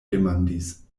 demandis